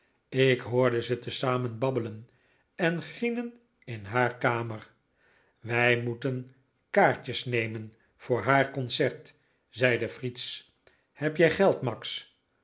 ik hoorde ze te zamen babbelen en grienen in haar kamer wij moeten kaartjes nemen voor haar concert zeide fritz heb jij geld max